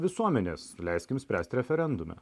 visuomenės leiskim spręst referendume